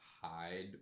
hide